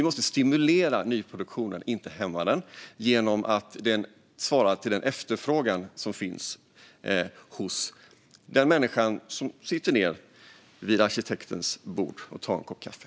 Vi måste stimulera nyproduktionen, inte hämma den, genom att den svarar mot den efterfrågan som finns hos den människa som sitter vid arkitektens bord och tar en kopp kaffe.